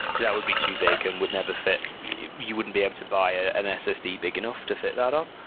because that would be too big and would never fit you wouldn't be able to buy ah an ssd big enough to fit that all.